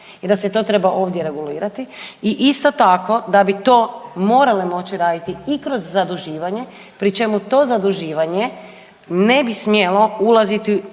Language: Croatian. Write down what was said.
i da se to treba ovdje regulirati i isto tako da bi to morale moći raditi i kroz zaduživanje pri čemu to zaduživanje ne bi smjelo ulaziti